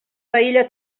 paella